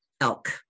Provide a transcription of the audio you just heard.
elk